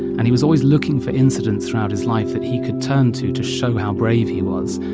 and he was always looking for incidents throughout his life that he could turn to to show how brave he was.